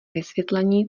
vysvětlení